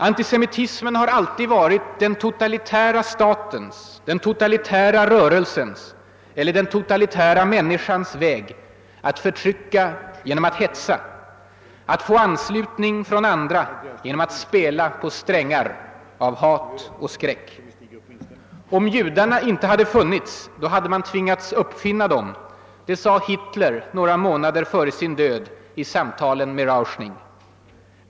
Antisemitismen har ständigt varit den totalitära statens, den totalitära rörelsens eller den totalitära människans väg att förtrycka genom att hetsa, att få anslutning från andra genom att spela på strängar av hat och skräck. >»Om judarna inte hade funnits hade man tvingats uppfinna dem«, sade Hitler några månader före sin död i samtalen med Rauschning.